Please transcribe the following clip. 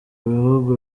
bihugu